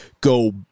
go